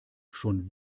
schon